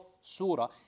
surah